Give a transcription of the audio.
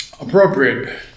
Appropriate